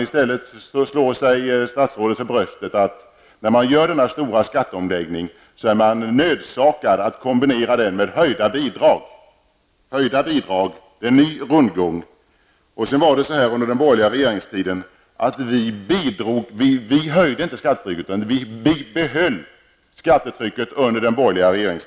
I stället slår sig statsrådet för bröstet och säger att när man gör denna stora skatteomläggning är man nödsakad att kombinera den med höjda bidrag. Höjda bidrag -- en ny rundgång. Vi höjde inte skattetrycket under den borgerliga regeringstiden, utan vi bibehöll skattetrycket. Så var det statsrådet Åsbrink.